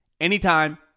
anytime